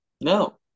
No